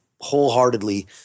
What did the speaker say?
wholeheartedly